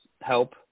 help